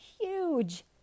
huge